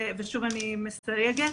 ושוב אני מסייגת,